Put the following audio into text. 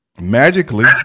magically